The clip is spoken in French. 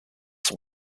son